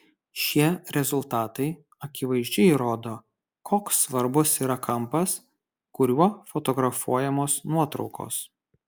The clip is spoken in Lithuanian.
šie rezultatai akivaizdžiai rodo koks svarbus yra kampas kuriuo fotografuojamos nuotraukos